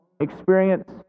experience